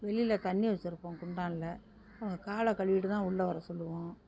வெளியில் தண்ணி வச்சிருப்போம் குண்டானில் அவங்க காலை கழுவிட்டு தான் உள்ள வர சொல்லுவோம்